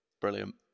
Brilliant